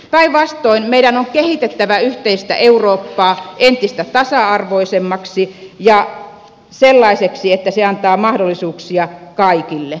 päinvastoin meidän on kehitettävä yhteistä eurooppaa entistä tasa arvoisemmaksi ja sellaiseksi että se antaa mahdollisuuksia kaikille